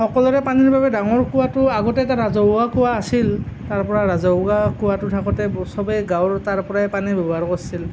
সকলোৰে পানীৰ বাবে ডাঙৰ কুঁৱাটো আগতে এটা ৰাজহুৱা কুঁৱা আছিল তাৰ পৰা ৰাজহুৱা কুঁৱাটো থাকোঁতে ব সবে গাঁৱৰ তাৰ পৰাই পানী ব্যৱহাৰ কৰিছিল